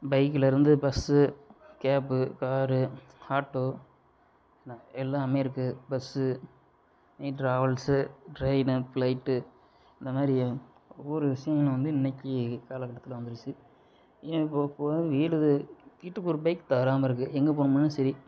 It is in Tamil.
பைக்லேயிருந்து பஸ்ஸு கேப்பு காரு ஆட்டோ என எல்லாமே இருக்கு பஸ்ஸு ட்ராவல்ஸு ட்ரெயின்னு ஃப்ளைட்டு இந்தமாதிரி ஒவ்வொரு விஷயங்களும் வந்து இன்னைக்கு காலக்கட்டத்தில் வந்துருச்சு இப்போ வந்து வீடு வீட்டுக்கு ஒரு பைக் தவறாம இருக்கு எங்கே போணும்னாலும் சரி